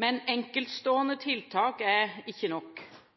Men enkeltstående tiltak er ikke nok: